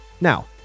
Now